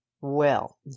Well